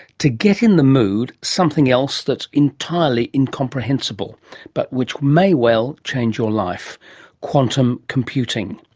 to get in the mood, something else that's entirely incomprehensible but which may well change your life quantum computing.